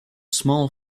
small